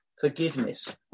forgiveness